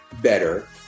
better